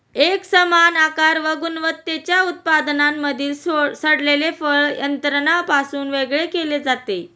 एकसमान आकार व गुणवत्तेच्या उत्पादनांमधील सडलेले फळ यंत्रापासून वेगळे केले जाते